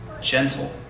gentle